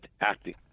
acting